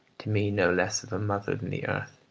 to me no less of a mother than the earth.